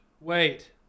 Wait